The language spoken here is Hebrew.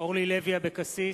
אורלי לוי אבקסיס,